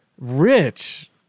rich